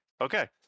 okay